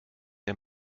der